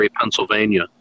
Pennsylvania